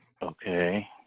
Okay